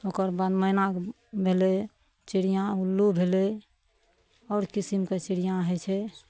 ओकर बाद मैना भेलै चिड़िआँ उल्लू भेलै आओर किसिमके चिड़िआँ होइ छै